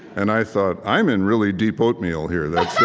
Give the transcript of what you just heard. and i thought, i'm in really deep oatmeal here.